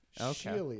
okay